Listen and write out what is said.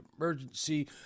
emergency